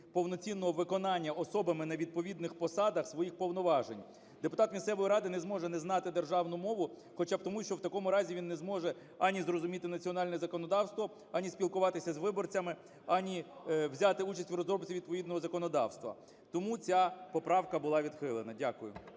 повноцінного виконання особами на відповідних посадах своїх повноважень. Депутат місцевої ради не зможе не знати державну мова хоча б тому, що в такому разі він не зможе ані зрозуміти національне законодавство, ані спілкуватися з виборцями, ані взяти участь у розробці відповідного законодавства. Тому ця поправка була відхилена. Дякую.